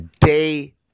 day